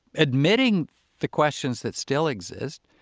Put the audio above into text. admitting the questions that still exist,